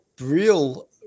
real